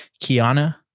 Kiana